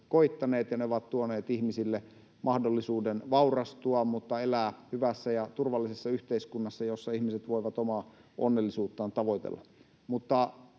Ne ovat tuoneet ihmisille mahdollisuuden vaurastua mutta elää hyvässä ja turvallisessa yhteiskunnassa, jossa ihmiset voivat omaa onnellisuuttaan tavoitella.